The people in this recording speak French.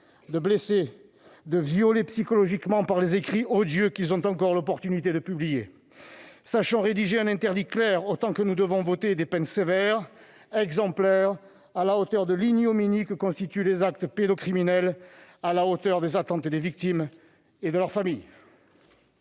de blesser, de violer psychologiquement par les écrits odieux qu'ils ont encore l'occasion de publier. Sachons rédiger un interdit clair autant que nous devons voter des peines sévères, exemplaires, à la hauteur de l'ignominie que constituent les actes pédocriminels, à la hauteur de l'attente des victimes et de leur famille.